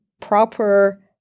proper